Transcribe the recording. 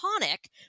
tonic